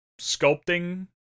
sculpting